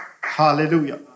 Hallelujah